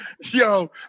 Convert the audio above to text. Yo